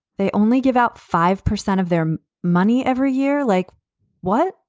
they only give out five percent of their money every year. like what?